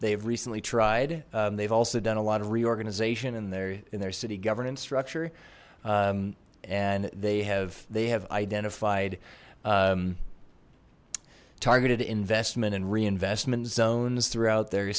they've recently tried they've also done a lot of reorganization and they're in their city governance structure and they have they have identified targeted investment and reinvestment zones throughout their